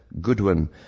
Goodwin